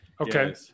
Okay